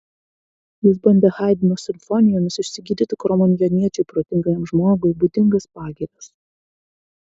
jis bandė haidno simfonijomis išsigydyti kromanjoniečiui protingajam žmogui būdingas pagirias